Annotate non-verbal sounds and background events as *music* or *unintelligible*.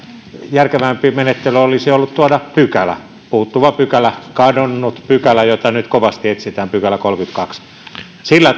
järkevämpi menettely olisi ollut tuoda pykälä puuttuva pykälä kadonnut pykälä jota nyt kovasti etsitään kolmaskymmenestoinen pykälä sillä *unintelligible*